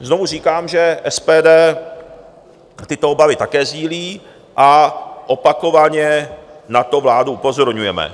Znovu říkám, že SPD tyto obavy také sdílí, a opakovaně na to vládu upozorňujeme.